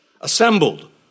assembled